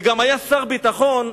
וגם היה שר ביטחון,